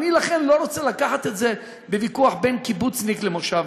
לכן אני לא רוצה לקחת את זה לוויכוח בין קיבוצניק למושבניק,